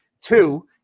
two